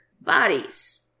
bodies